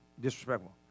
disrespectful